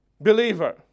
believer